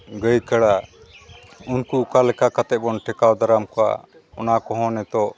ᱜᱟᱹᱭ ᱠᱟᱲᱟ ᱩᱱᱠᱩ ᱚᱠᱟ ᱞᱮᱠᱟ ᱠᱟᱛᱮᱫ ᱵᱚᱱ ᱴᱮᱠᱟᱣ ᱫᱟᱨᱟᱢ ᱠᱚᱣᱟ ᱚᱱᱟ ᱠᱚᱦᱚᱸ ᱱᱤᱛᱚᱜ